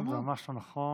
זה ממש לא נכון.